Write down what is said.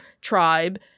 tribe